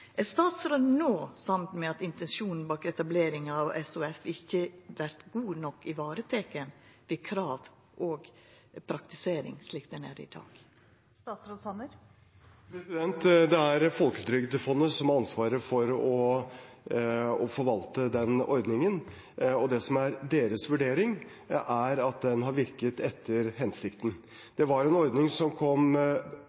Er statsråden no samd i at intensjonen bak etableringa av SOF ikkje vert godt nok ivareteken ved krav og praktisering, slik det er i dag? Det er Folketrygdfondet som har ansvar for å forvalte den ordningen, og deres vurdering er at den har virket etter hensikten.